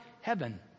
heaven